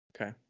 Okay